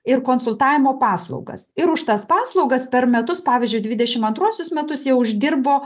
ir konsultavimo paslaugas ir už tas paslaugas per metus pavyzdžiuidvidešim antruosius metus jie uždirbo